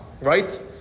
right